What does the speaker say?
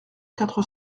quatre